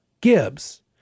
Gibbs